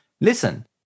listen